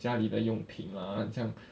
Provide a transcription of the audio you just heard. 家里的用品 lah 很像